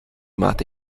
máte